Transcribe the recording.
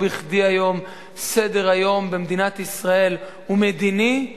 לא בכדי היום סדר-היום במדינת ישראל הוא מדיני,